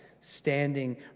standing